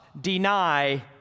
deny